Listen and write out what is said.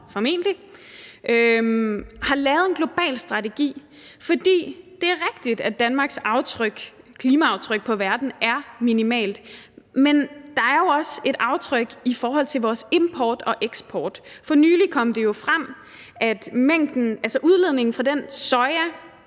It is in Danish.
klimaaftalen, har lavet en global strategi. For det er rigtigt, at Danmarks klimaaftryk på verden er minimalt, men der er jo også et aftryk i forhold til vores import og eksport. For nylig kom det jo frem, at udledningen fra den soja